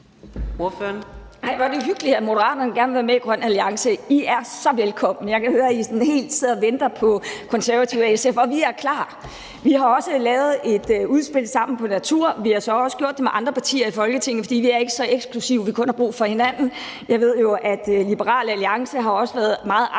hvor er vi hyggelige her. Moderaterne vil gerne være med i grøn alliance – I er så velkomne! Jeg kan høre, at I sådan helt sidder og venter på Konservative og SF, og vi er klar. Vi har også sammen lavet et udspil om natur, og vi har så også gjort det med andre partier i Folketinget, for vi er ikke så eksklusive, at vi kun har brug for hinanden. Jeg ved jo, at Liberal Alliance også har været meget aktiv